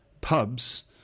pubs